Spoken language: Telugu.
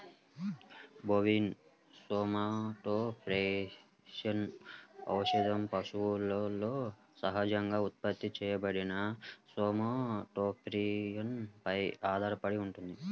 బోవిన్ సోమాటోట్రోపిన్ ఔషధం పశువులలో సహజంగా ఉత్పత్తి చేయబడిన సోమాటోట్రోపిన్ పై ఆధారపడి ఉంటుంది